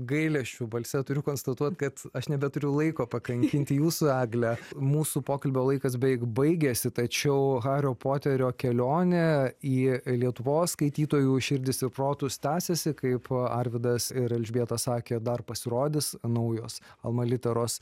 gailesčiu balse turiu konstatuot kad aš nebeturiu laiko pakankinti jūsų egle mūsų pokalbio laikas beveik baigėsi tačiau hario poterio kelionė į lietuvos skaitytojų širdis ir protus tęsiasi kaip arvydas ir elžbieta sakė dar pasirodys naujos alma literos